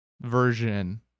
version